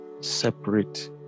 separate